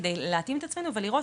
כדי להתאים את עצמנו ולראות,